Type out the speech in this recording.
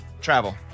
travel